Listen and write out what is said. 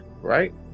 right